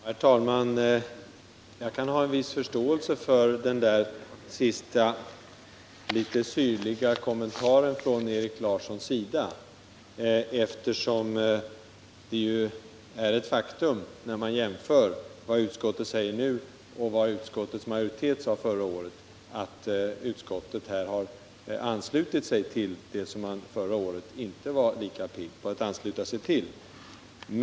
Herr talman! Jag kan ha en viss förståelse för den sista litet syrliga kommentaren från Erik Larsson, eftersom man vid en jämförelse mellan vad utskottet nu säger och vad utskottets majoritet sade förra året finner att utskottet nu de facto har anslutit sig till det som man förra året inte var lika pigg på att ställa sig bakom.